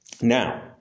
Now